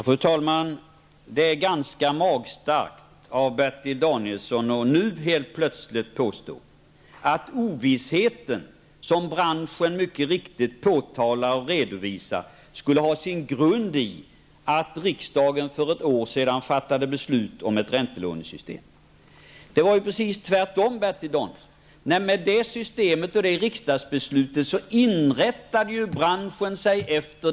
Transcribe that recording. Fru talman! Det är ganska magstarkt av Bertil Danielsson att nu helt plötsligt påstå att ovissheten, som branschen mycket riktigt påtalar och redovisar, skulle ha sin grund i att riksdagen för ett år sedan fattade beslut om ett räntelånesystem. Det var precis tvärtom, Bertil Danielsson. Branschen inrättade sig ju efter det systemet och riksdagsbeslutet.